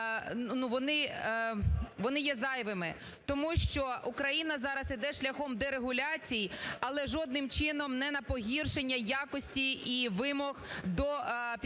вони є зайвими, тому що Україна зараз йде шляхом дерегуляцій, але жодним чином не на погіршення якості і вимог до підготовки